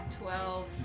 Twelve